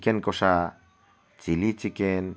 chicken kosha chilli chicken